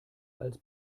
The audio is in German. als